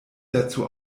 dazu